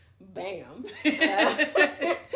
Bam